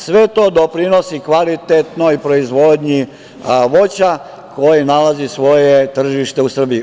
Sve to doprinosi kvalitetnoj proizvodnji voća koje nalazi svoje tržište u Srbiji.